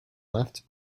left